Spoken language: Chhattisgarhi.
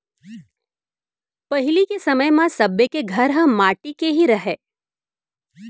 पहिली के समय म सब्बे के घर ह माटी के ही रहय